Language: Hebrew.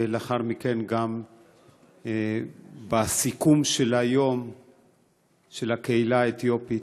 ולאחר מכן גם בסיכום של היום של הקהילה האתיופית.